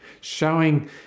showing